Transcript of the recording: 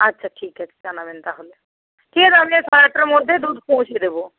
আচ্ছা ঠিক আছে জানাবেন তাহলে ঠিক আছে আপনি সাড়ে আটটার মধ্যে দুধ পৌঁছিয়ে দেবো